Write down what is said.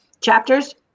chapters